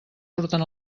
surten